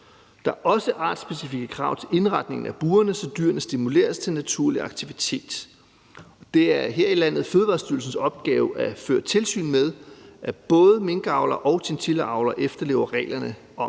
Der er også artsspecifikke krav til indretningen af burene, så dyrene stimuleres til naturlig aktivitet. Det er her i landet Fødevarestyrelsens opgave at føre tilsyn med, at både minkavlere og chinchillaavlere efterlever reglerne om